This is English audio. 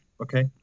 okay